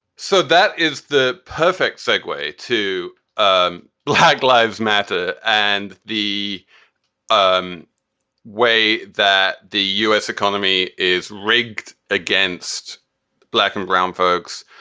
so that is the perfect segue way to um black lives matter and the um way that the us economy is rigged against black and brown folks,